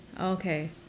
Okay